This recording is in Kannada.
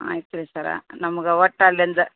ಆಯ್ತು ರೀ ಸರ ನಮ್ಗೆ ಒಟ್ಟು ಅಲ್ಲಿಂದ